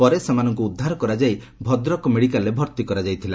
ପରେ ସେମାନଙ୍କୁ ଉଦ୍ଧାର କରାଯାଇ ଭଦ୍ରକ ମେଡିକାଲରେ ଭର୍ତି କରାଯାଇଥିଲା